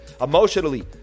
emotionally